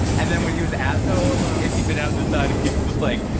and then when he was asked. so alone. if he'd been out in the sun, he was like,